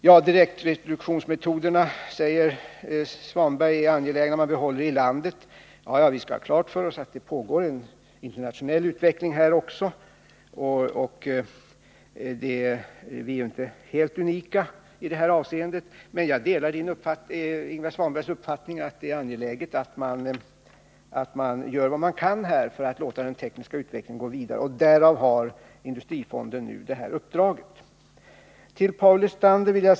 Det är angeläget att vi behåller direktdestruktionsmetoderna i landet, säger Ingvar Svanberg. Vi skall ha klart för oss att det också pågår en internationell utveckling — vi är inte helt unika i detta avseende. Men jag delar Ingvar Svanbergs uppfattning att det är angeläget att vi gör vad vi kan för att låta den tekniska utvecklingen gå vidare, och därför har nu industrifonden detta uppdrag.